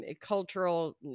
cultural